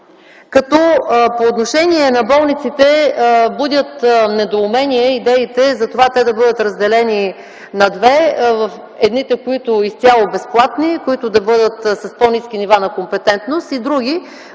като по отношение на болниците будят недоумение идеите за това те да бъдат разделени на две – едните, изцяло безплатни, които да бъдат с по-ниски нива на компетентност, и други,